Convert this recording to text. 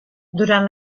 durant